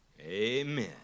Amen